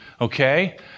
Okay